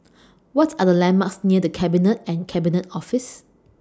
What Are The landmarks near The Cabinet and Cabinet Office